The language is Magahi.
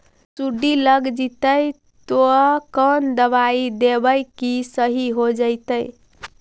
सुंडी लग जितै त कोन दबाइ देबै कि सही हो जितै?